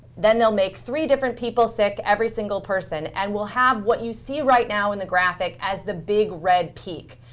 then they'll make three different people sick, every single person, and we'll have what you see right now in the graphic as the big red peak.